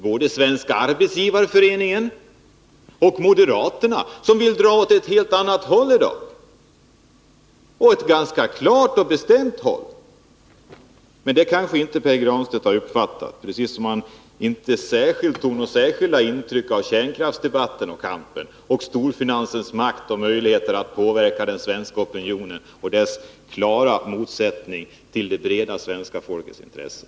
Både Svenska arbetsgivareföreningen och moderaterna, som idag vill dra åt ett helt annat håll — och ett ganska klart och bestämt håll. Men det kanske inte Pär Granstedt har uppfattat, precis som han inte tog några särskilda intryck av kärnkraftsdebatten och storfinansens makt och möjligheter att påverka opinionen till förmån för någonting som står i klar motsättning till de breda folklagrens intressen.